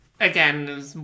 Again